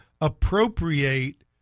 appropriate